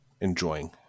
enjoying